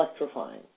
electrifying